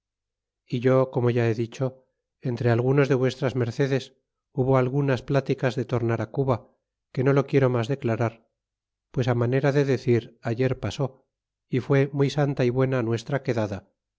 mandar é como ya he dicho entre algunos de vs mercedes hubo algunas pláticas de tornar cuba que no lo quiero mas declarar pues manera de decir ayer pasó y fué muy santa y buena nuestra quedada